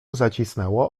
zacisnęło